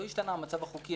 לא השתנה המצב החוקי.